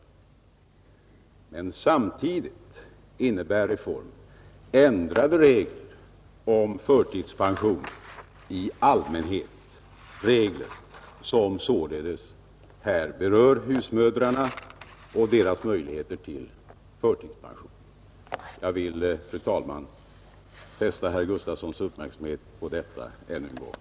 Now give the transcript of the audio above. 23 april 1971 Samtidigt innebär reformen ändrade regler om förtidspension i llmänn= ——— het, regler som således här berör husmödrarna och deras möjligheter till Ang. avgiftstarifferförtidspension. Jag vill, fru talman, fästa herr Gustavssons uppmärksam = na för den frivilliga